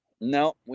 No